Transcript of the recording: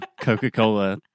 Coca-Cola